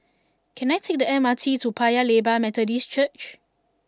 can I take the M R T to Paya Lebar Methodist Church